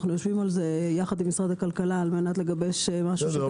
אנחנו יושבים על זה עם משרד הכלכלה כדי לגבש מענה.